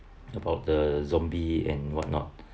about the zombie and what not